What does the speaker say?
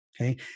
Okay